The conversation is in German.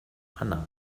anna